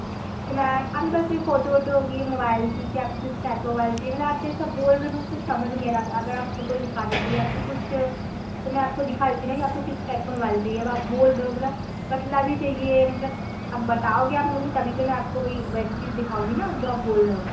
तो मैम आपके पास कोई फ़ोटो वोटो होगी मोबाइल कि क्या आपको किस टाइप का मोबाइल चाहिए मतलब आप जैसा बोल रहे हो कुछ समझ नहीं आ रहा है अगर आप फ़ोटो दिखा देते या फिर कुछ तो मैं आपको दिखा देती ना आपको किस टाइप का मोबाइल चाहिए अब आप बोल रहे हो मतलब पतला भी चाहिए मतलब अब बताओगे आप मुझे तभी तो मैं आपको वही वैसी चीज़ दिखाऊंगी ना जो आप बोल रहे हो